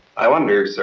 i wonder, sir,